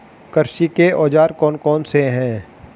कृषि के औजार कौन कौन से हैं?